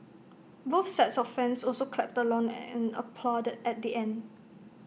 both sets of fans also clapped along and applauded at the end